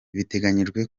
biteganyijwe